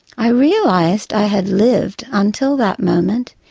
i realised i had lived, until that moment,